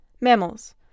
Mammals